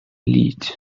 lied